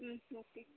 ம் ஓகே